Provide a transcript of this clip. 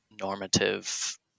normative